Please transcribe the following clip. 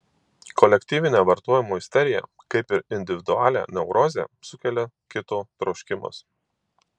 kolektyvinę vartojimo isteriją kaip ir individualią neurozę sukelia kito troškimas